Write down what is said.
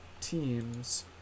teams